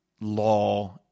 law